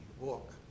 walk